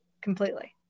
completely